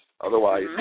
Otherwise